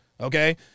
Okay